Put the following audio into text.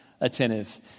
attentive